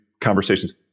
conversations